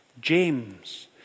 James